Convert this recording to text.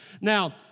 Now